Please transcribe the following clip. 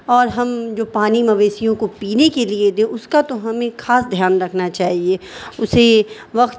اور ہم جو پانی مویشیوں کو پینے کے لیے دیں اس کا تو ہمیں خاص دھیان رکھنا چاہیے اسے وقت